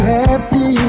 happy